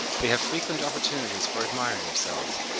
they have frequent opportunities for admiring themselves,